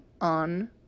on